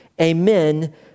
Amen